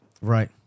Right